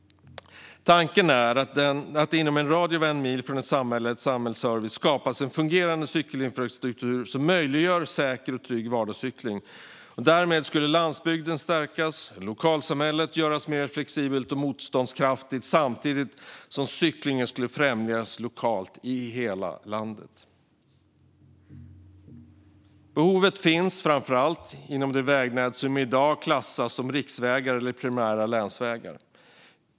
Tanken är att det inom en radie av 1 mil från ett samhälle eller en samhällsservice skapas en fungerande cykelinfrastruktur som möjliggör säker och trygg vardagscykling. Därmed skulle landsbygden stärkas och lokalsamhället göras mer flexibelt och motståndskraftigt samtidigt som cyklingen skulle främjas lokalt i hela landet. Behovet finns framför allt inom det vägnät som i dag klassas som riksvägar eller primära länsvägar.